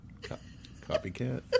Copycat